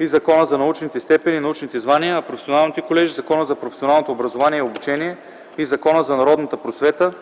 и Закона за научните степени и научните звания, а професионалните колежи – Закона за професионалното образование и обучение и Закона за народната просвета,